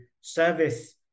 service